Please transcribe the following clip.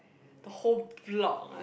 the whole block lah